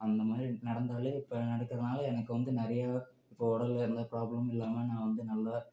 அந்த மாதிரி நடந்தால் இப்போ நடக்கறதுனால் எனக்கு வந்து நிறையா இப்போ உடலில் எந்த ப்ராப்ளம் இல்லாமல் நான் வந்து நல்லா